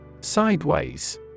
Sideways